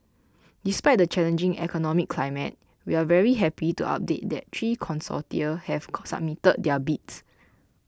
despite the challenging economic climate we're very happy to update that three consortia have submitted their bids